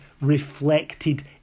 reflected